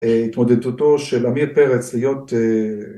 התמודדתו של עמיר פרץ להיות